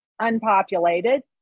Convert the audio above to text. unpopulated